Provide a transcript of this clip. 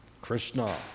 Krishna